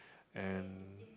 and